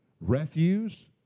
refuse